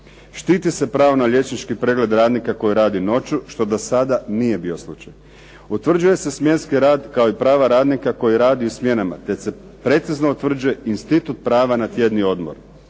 Štiti se pravo na liječnički pregled radnika koji radi noću, što do sada nije bio slučaj. Utvrđuje se smjenski rad, kao i prava radnika koji radi u smjenama, te se precizno utvrđuje institut prava na tjedni odmor.